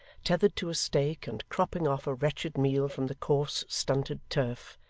tethered to a stake, and cropping off a wretched meal from the coarse stunted turf,